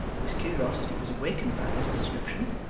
whose curiosity was awakened by this description.